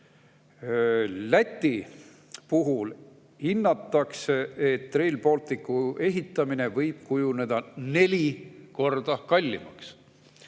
Läti puhul hinnatakse, et Rail Balticu ehitamine võib kujuneda neli korda kallimaks.